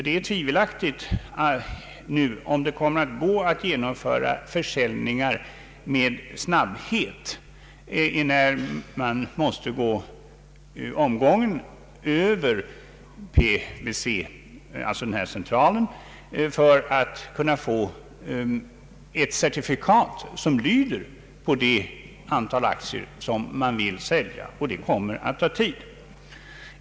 Det är tvivelaktigt om det kommer att gå att genomföra försäljningar med snabbhet, enär man måste gå omvägen över VPC för att få ett certifikat som lyder på det antal aktier man vill sälja, och det kommer att ta tid.